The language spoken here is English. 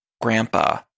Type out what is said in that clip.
grandpa